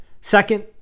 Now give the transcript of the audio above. Second